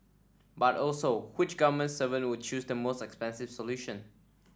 but also which government servant would choose the most expensive solution